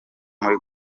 muri